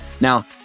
Now